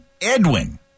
Edwin